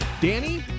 Danny